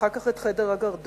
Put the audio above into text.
ואחר כך את חדר הגרדום.